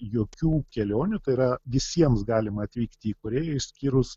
jokių kelionių tai yra visiems galima atvykti į korėją išskyrus